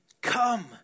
Come